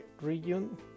region